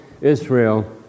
Israel